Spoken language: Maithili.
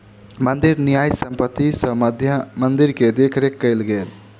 मंदिरक न्यास संपत्ति सॅ मंदिर के देख रेख कएल गेल